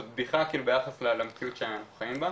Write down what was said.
זאת בדיחה ביחס למציאות שאנחנו חיים בה.